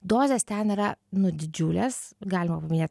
dozės ten yra nu didžiulės galima paminė